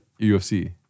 UFC